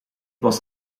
was